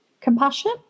compassion